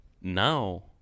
Now